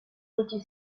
iritsi